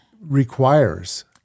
requires